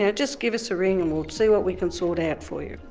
yeah just give us a ring and we'll see what we can sort out for you'.